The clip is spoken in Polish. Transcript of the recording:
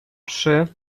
trzy